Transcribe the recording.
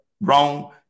wrong